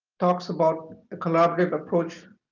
talks about a collaborative approach